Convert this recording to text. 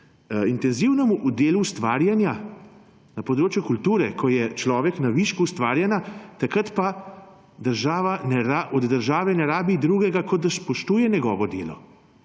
intenzivnim delu ustvarjanja na področju kulture, ko je človek na višku ustvarjanja, takrat pa od države ne rabi drugega, kot da spoštuje njegovo delo,